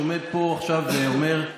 עומד פה עכשיו ואומר,